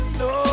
no